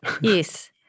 Yes